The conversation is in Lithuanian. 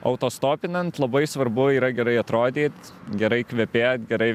autostopinant labai svarbu yra gerai atrodyt gerai kvepėt gerai